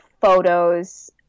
photos